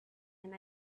and